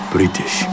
British